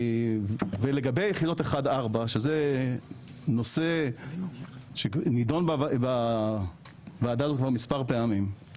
ולגבי יחידות 1-4 שזה נושא שנידון בוועדה הזו כבר מספר פעמים,